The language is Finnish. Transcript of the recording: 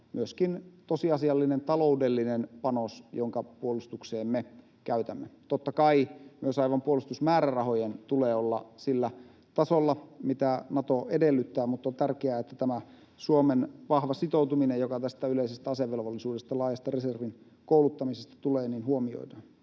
myöskin tosiasiallinen taloudellinen panos, jonka puolustukseemme käytämme. Totta kai myös aivan puolustusmäärärahojen tulee olla sillä tasolla, mitä Nato edellyttää, mutta on tärkeää, että tämä Suomen vahva sitoutuminen, joka yleisestä asevelvollisuudesta ja laajasta reservin kouluttamisesta tulee, huomioidaan.